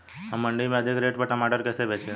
हम मंडी में अधिक रेट पर टमाटर कैसे बेचें?